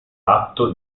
ratto